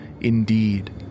Indeed